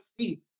see